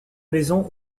maison